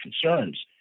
concerns